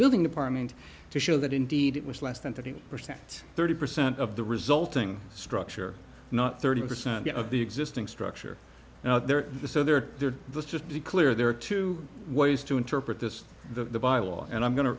building department to show that indeed it was less than thirty percent thirty percent of the resulting structure not thirty percent of the existing structure now there is so there was just be clear there are two ways to interpret this the bible and i'm going to